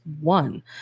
one